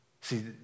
See